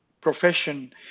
profession